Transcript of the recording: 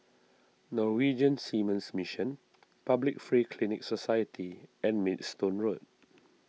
Norwegian Seamen's Mission Public Free Clinic Society and Maidstone Road